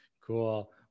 Cool